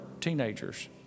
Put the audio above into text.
teenagers